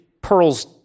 pearls